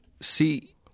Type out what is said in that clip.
See